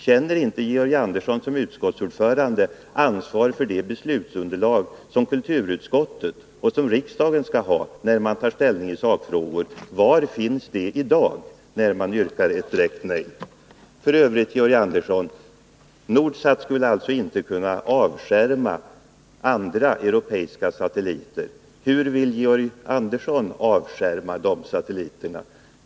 Känner inte Georg Andersson som utskottsordförande ansvar för det beslutsunderlag som kulturutskottet och riksdagen skall ha när vi tar ställning i sakfrågor? Var finns det i dag, när ni yrkar ett direkt F. ö., säger Georg Andersson, skulle Nordsat inte kunna avskärma andra europeiska satelliter. Hur vill Georg Andersson avskärma de satelliterna?